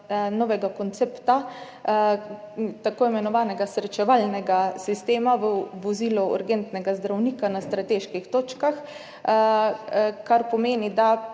imenovanega srečevalnega sistema v vozilu urgentnega zdravnika na strateških točkah, kar pomeni, da